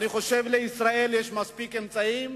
אני חושב שלישראל יש מספיק אמצעים